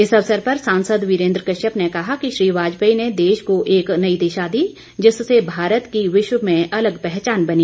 इस अवसर पर सांसद वीरेन्द्र कश्यप ने कहा कि श्री वाजपेयी ने देश को एक नई दिशा दी जिससे भारत की विश्व में अलग पहचान बनी